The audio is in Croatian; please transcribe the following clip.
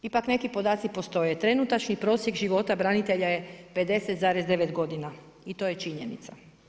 Ipak neki podaci postoje, trenutačni prosjek života branitelja je 50,9 godina i to je činjenica.